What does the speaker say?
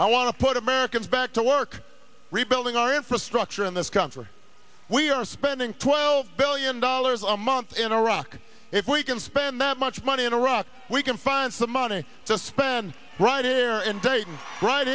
i want to put americans back to work rebuilding our infrastructure in this country or we are spending twelve billion dollars a month in iraq if we can spend that much money in iraq we can find the money to spend right here in taking right